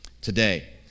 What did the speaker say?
today